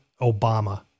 Obama